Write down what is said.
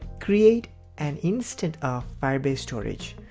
create an instance of firebase storage.